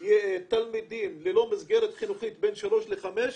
תלמידים ללא מסגרת חינוכית בין שלוש לחמש.